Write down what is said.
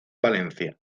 valencia